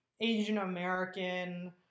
asian-american